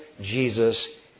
Jesus